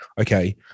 okay